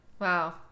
Wow